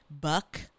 buck